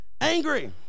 angry